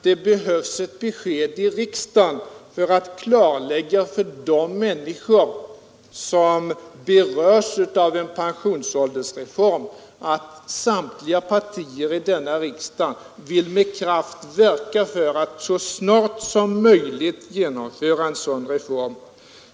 Det behövs ett besked av riksdagen för att klarlägga för de människor som berörs av en pensionsåldersreform att samtliga partier i denna riksdag med kraft vill verka för att så snart som möjligt genomföra en sådan reform.